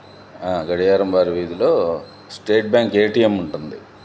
గడియారం వారి వీధిలో state bank A T M ఉంటుంది